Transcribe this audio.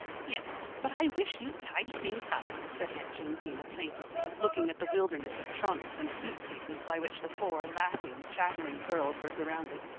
yes. but i wish you'd tidy things up, said aunt jamesina plaintively, looking at the wilderness of trunks and suitcases by which the four laughing, chattering girls were surrounded.